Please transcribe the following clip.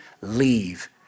leave